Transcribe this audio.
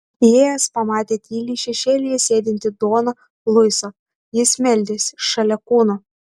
įėjęs pamatė tyliai šešėlyje sėdintį doną luisą jis meldėsi šalia kūno